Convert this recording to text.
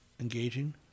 engaging